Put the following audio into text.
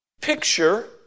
picture